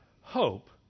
hope